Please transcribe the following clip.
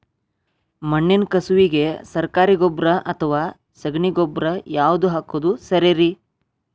ಮಣ್ಣಿನ ಕಸುವಿಗೆ ಸರಕಾರಿ ಗೊಬ್ಬರ ಅಥವಾ ಸಗಣಿ ಗೊಬ್ಬರ ಯಾವ್ದು ಹಾಕೋದು ಸರೇರಿ?